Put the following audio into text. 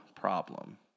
problem